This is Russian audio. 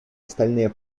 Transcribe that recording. остальные